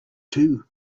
too